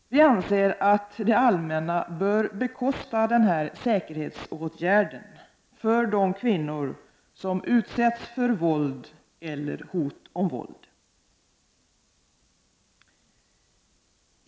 Vi anser att det allmänna bör bekosta denna säkerhetsåtgärd för de kvinnor som utsätts för våld eller hot om våld.